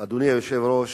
אדוני היושב-ראש,